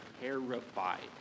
terrified